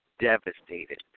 devastated